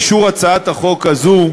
אישור הצעת החוק הזאת,